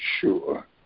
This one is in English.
sure